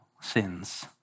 sins